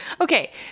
Okay